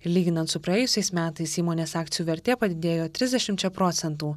lyginant su praėjusiais metais įmonės akcijų vertė padidėjo trisdešimčia procentų